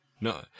No